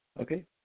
Okay